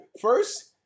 first